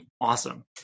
awesome